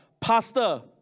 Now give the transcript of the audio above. pastor